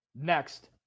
next